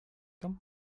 him